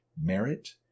merit